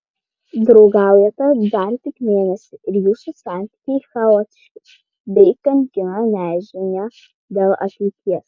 draugaujate dar tik mėnesį ir jūsų santykiai chaotiški bei kankina nežinia dėl ateities